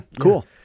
cool